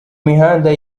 mihanda